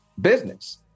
business